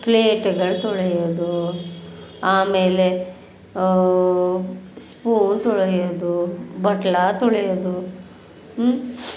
ಪ್ಲೇಟ್ಗಳು ತೊಳೆಯೋದು ಆಮೇಲೆ ಸ್ಪೂನ್ ತೊಳೆಯೋದು ಬಟ್ಲು ತೊಳೆಯೋದು